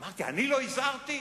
אמרתי: אני לא הזהרתי?